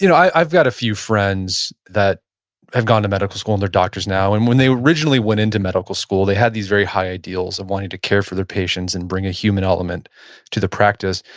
you know i've got a few friends that have gone to medical school and they're doctors now, and when they originally went into medical school, they had these very high ideals of wanting to care for their patients and bring a human element to the practice,